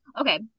okay